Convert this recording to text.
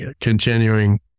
continuing